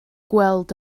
gweld